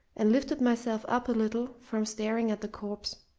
and lifted myself up a little from staring at the corpse,